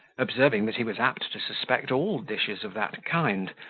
observing that he was apt to suspect all dishes of that kind,